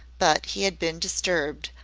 but he had been disturbed,